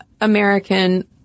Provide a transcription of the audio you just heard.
American